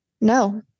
no